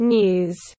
News